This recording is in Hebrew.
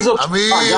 תודה.